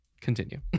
Continue